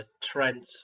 Trent